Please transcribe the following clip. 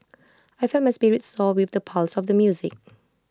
I felt my spirits soar with the pulse of the music